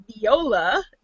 Viola